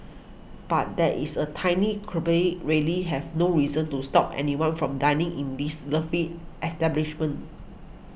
but that is a tiny quibble really have no reason to stop anyone from dining in this lovely establishment